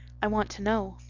i want to know.